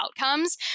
outcomes